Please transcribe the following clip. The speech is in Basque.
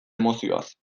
emozioaz